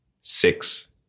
six